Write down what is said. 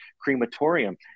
crematorium